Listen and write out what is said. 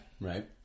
Right